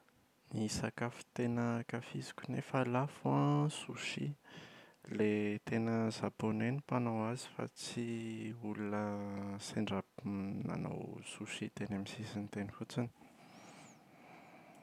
Ny sakafo tena ankafiziko nefa lafo an sushi. Ilay tena japone no mpanao azy fa tsy olona sendra nanao sushi teny amin’ny sisiny teny fotsiny.